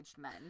men